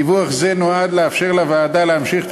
דיווח זה נועד לאפשר לוועדה להמשיך את